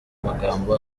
magambo